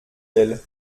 elle